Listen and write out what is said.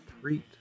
treat